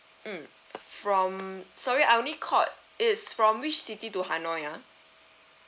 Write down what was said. mm from sorry I only caught it's from which city to hanoi ah